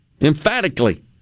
Emphatically